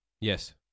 Yes